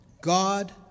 God